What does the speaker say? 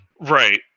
right